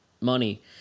money